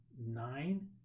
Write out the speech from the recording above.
nine